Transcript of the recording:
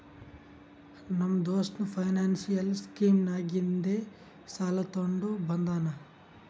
ನಮ್ಮ ದೋಸ್ತ financial scheme ನಾಗಿಂದೆ ಸಾಲ ತೊಂಡ ಬಂದಾನ್